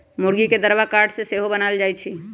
मूर्गी के दरबा काठ से सेहो बनाएल जाए छै